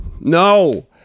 No